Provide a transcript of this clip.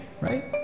right